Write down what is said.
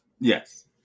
Yes